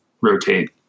rotate